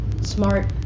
smart